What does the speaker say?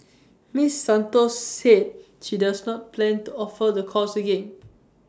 miss Santos said she does not plan to offer the course again